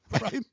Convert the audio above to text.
Right